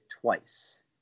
twice